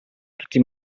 tutti